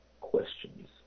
questions